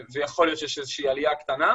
ויכול להיות שיש איזה שהיא עלייה קטנה,